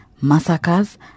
massacres